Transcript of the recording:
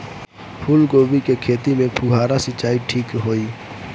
फूल गोभी के खेती में फुहारा सिंचाई ठीक होई?